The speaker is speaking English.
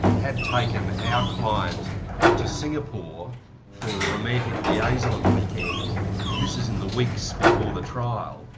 had taken our client to singapore for a romantic liaison weekend this is in the weeks before the trial.